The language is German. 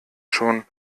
schon